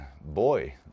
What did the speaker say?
boy